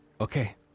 Okay